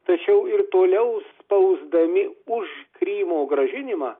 tačiau ir toliau spausdami už krymo grąžinimą